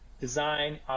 design